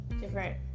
different